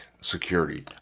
Security